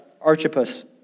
Archippus